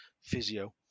physio